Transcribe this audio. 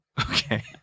Okay